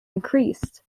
increased